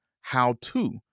how-to